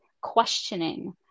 questioning